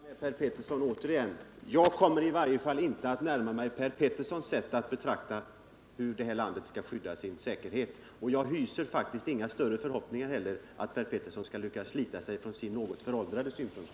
Herr talman! Jag tror jag kan instämma med Per Petersson återigen. Jag kommer i varje fall inte att närma mig Per Peterssons sätt att betrakta frågan hur detta land skall skydda sin säkerhet. Jag hyser inte heller några förhoppningar om att Per Petersson skall lyckas slita sig från sitt något föråldrade synsätt.